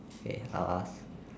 k I'll ask